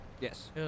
Yes